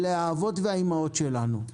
אלה האבות והאימהות שלנו.